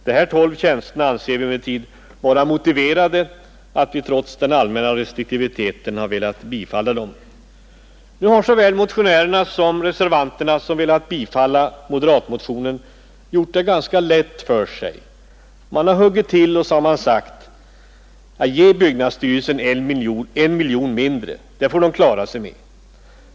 De här 12 tjänsterna anser vi emellertid vara så väl motiverade att vi trots den allmänna restriktiviteten har velat tillstyrka dem. Nu har såväl motionärerna som de reservanter som velat tillstyrka moderatmotionen gjort det ganska lätt för sig. Man har huggit till och sagt: Ge byggnadsstyrelsen 1 miljon kronor mindre. Det får den klara sig med.